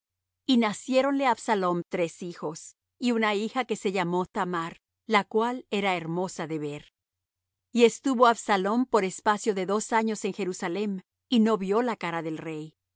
y naciéronle á absalom tres hijos y una hija que se llamó thamar la cual era hermosa de ver y estuvo absalom por espacio de dos años en jerusalem y no vió la cara del rey